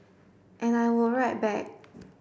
and I would write back